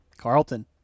Carlton